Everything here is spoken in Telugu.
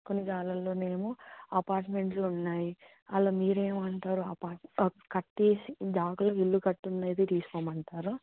కొన్ని జాగాలలో ఏమో అపార్ట్మెంట్లు ఉన్నాయి అలా మీరు ఏమి అంటారు అపా కట్టి జాగాలో ఇల్లు కట్టి ఉన్నది తీసుకోమంటారా